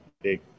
big